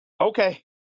Okay